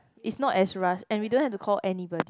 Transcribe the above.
it's not as rushed and we don't have to call anybody